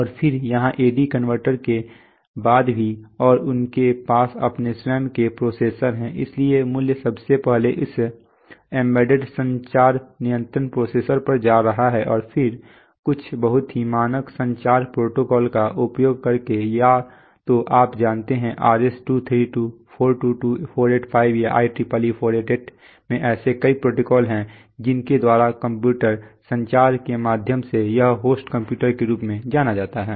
और फिर यहाँ AD कन्वर्टर्स के बाद भी और उनके पास अपने स्वयं के प्रोसेसर हैं इसलिए मूल्य सबसे पहले उस एम्बेडेड संचार नियंत्रक प्रोसेसर पर आ रहा है और फिर कुछ बहुत ही मानक संचार प्रोटोकॉल का उपयोग करके या तो आप जानते हैं RS 232 422 485 या IEEE 488 में ऐसे कई प्रोटोकॉल हैं जिनके द्वारा कंप्यूटर संचार के माध्यम से यह होस्ट कंप्यूटर के रूप में जाना जाता है